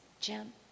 Jim